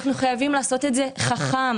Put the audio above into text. אנחנו חייבים לעשות את זה חכם,